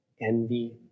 envy